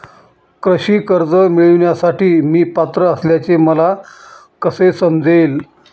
कृषी कर्ज मिळविण्यासाठी मी पात्र असल्याचे मला कसे समजेल?